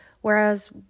Whereas